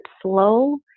slow